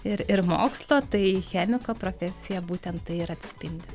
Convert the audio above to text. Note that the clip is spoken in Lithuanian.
ir ir mokslo tai chemiko profesija būtent tai ir atspindi